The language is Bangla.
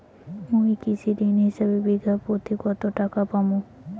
মুই কৃষি ঋণ হিসাবে বিঘা প্রতি কতো টাকা পাম?